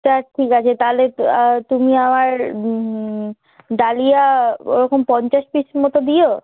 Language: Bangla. থাক ঠিক আছে তাহলে তুমি আমার ডালিয়া ওরকম পঞ্চাশ পিস মত দিও